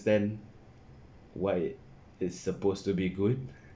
why it's supposed to be good